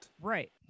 right